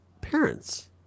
parents